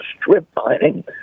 strip-mining